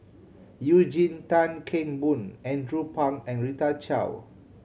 Eugene Tan Kheng Boon Andrew Phang and Rita Chao